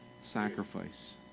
sacrifice